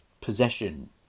possession